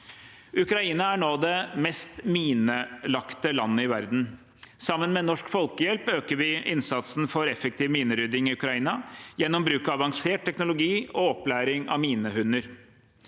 Ukraina er nå det mest minelagte landet i verden. Sammen med Norsk Folkehjelp øker vi innsatsen for effektiv minerydding i Ukraina gjennom bruk av avansert teknologi og opplæring av minehunder.